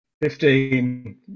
Fifteen